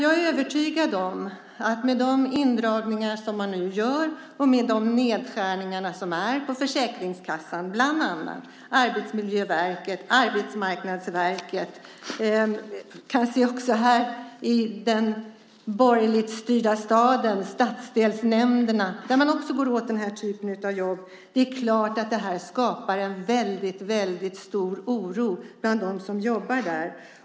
Jag är övertygad om att de indragningar och nedskärningar som nu görs på bland annat Försäkringskassan, Arbetsmiljöverket, Arbetsmarknadsverket och också stadsdelsnämnderna i denna borgerligt styrda stad, där man också går åt den här typen av jobb, skapar en väldigt stor oro bland dem som jobbar där.